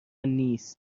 نیست